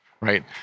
Right